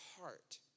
heart